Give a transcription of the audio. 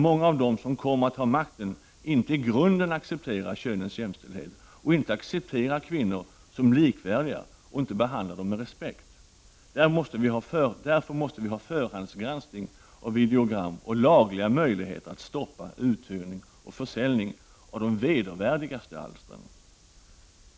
Många av dem som kommer att ha makten accepterar ju inte i grunden könens jämställdhet eller kvinnor som likvärdiga. Inte heller behandlas kvinnorna med respekt. Därför måste vi ha en förhandsgranskning av videogram och lagliga möjligheter att stoppa uthyrning och försäljning av de vedervärdigaste alstren.